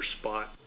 spot